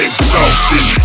Exhausted